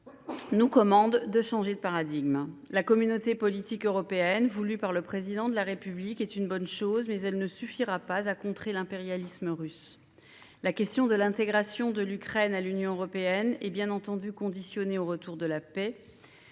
nous commande de changer de paradigme. La Communauté politique européenne, voulue par le Président de la République, est donc une bonne chose, mais elle ne suffira pas à contrer l'impérialisme russe. L'intégration de l'Ukraine à l'Union européenne est bien entendu conditionnée au retour de la paix.